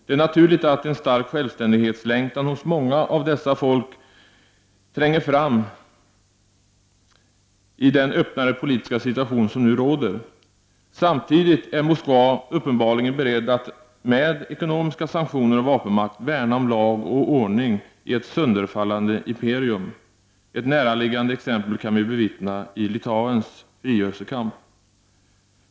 Det är naturligt att en stark självständighetslängtan hos många av dessa folk tränger fram i den öppnare politiska situation som nu råder. Samtidigt är Moskva uppenbarligen berett att med ekonomiska sanktioner och vapenmakt värna om lag och ordning i ett sönderfallande imperium. Ett näraliggande exempel kan vi bevittna i Litauens frigörelsekamp.